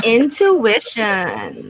Intuition